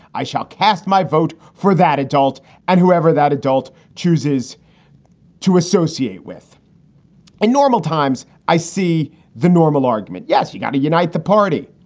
i shall cast my vote for that adult and whoever that adult chooses to associate with in normal times. i see the normal argument, yes, you've got to unite the party.